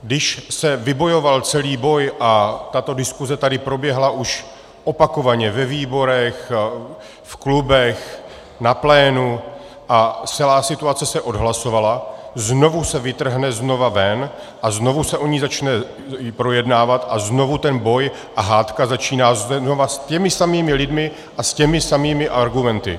Když se vybojoval celý boj a tato diskuse tady proběhla už opakovaně ve výborech, v klubech, na plénu a celá situace se odhlasovala, znovu se vytrhne znova ven a znovu se začne projednávat a znovu ten boj a hádka začínají znovu s těmi samými lidmi a s těmi samými argumenty.